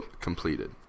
completed